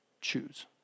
choose